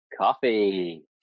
Coffee